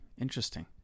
interesting